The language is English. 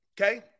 Okay